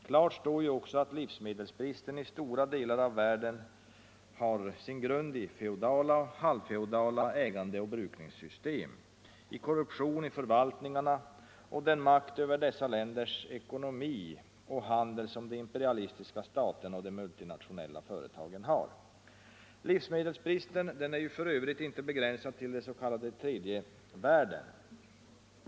Klart står också att livsmedelsbristen i stora delar av världen har sin grund i feodala och halvfeodala ägandeoch brukningssystem, i korruption i förvaltningarna och den makt över dessa länders ekonomi och handel som de imperialistiska staterna och de multinationella företagen har. Livsmedelsbristen är f. ö. inte begränsad till den s.k. tredje världen.